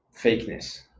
fakeness